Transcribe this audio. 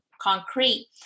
concrete